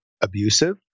abusive